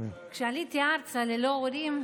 כשעליתי ארצה ללא הורים,